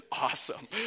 awesome